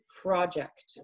project